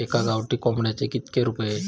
एका गावठी कोंबड्याचे कितके रुपये?